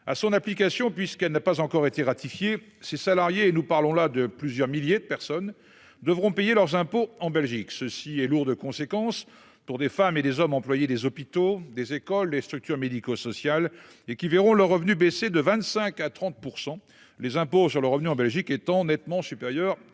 à son application puisqu'elle n'a pas encore été ratifié ses salariés et nous parlons là de plusieurs milliers de personnes devront payer leurs impôts en Belgique. Ceci est lourde de conséquences pour des femmes et des hommes employer des hôpitaux, des écoles les structures médico-sociales et qui verront leurs revenus baisser de 25 à 30% les impôts sur le revenu en Belgique étant nettement supérieur au nôtre.